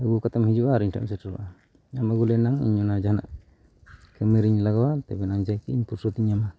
ᱟᱹᱜᱩ ᱠᱟᱛᱮᱢ ᱦᱤᱡᱩᱜᱼᱟ ᱟᱨ ᱤᱧ ᱴᱷᱮᱱ ᱥᱮᱴᱮᱨᱚᱜᱼᱟ ᱟᱢ ᱟᱹᱜᱩ ᱞᱮ ᱮᱱᱟᱝ ᱤᱧ ᱡᱟᱦᱟᱱᱟᱜ ᱠᱟᱹᱢᱤ ᱨᱮᱧ ᱞᱟᱜᱟᱣᱟ ᱛᱚᱵᱮ ᱤᱧ ᱯᱚᱭᱥᱟᱧ ᱧᱟᱢᱟ